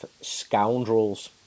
scoundrels